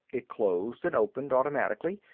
it closed and opened automatically,